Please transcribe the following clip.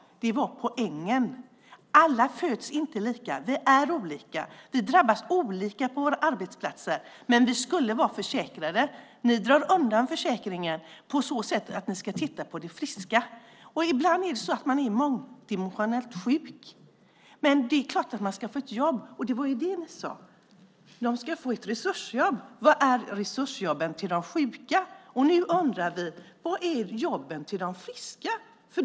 Det var poängen. Alla föds inte lika. Vi är olika. Vi drabbas olika på våra arbetsplatser. Men vi skulle vara försäkrade. Ni drar undan försäkringen på så sätt att ni ska titta på de friska. Ibland är det så att man är mångdimensionellt sjuk. Men det är klart att man ska få ett jobb. Det var det ni sade. De ska få resursjobb. Var är resursjobben till de sjuka? Och nu undrar vi: Var är jobben till de friska?